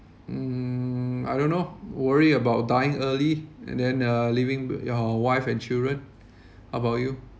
mm I don't know worry about dying early and then uh leaving your wife and children how about you